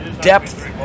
depth